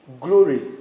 Glory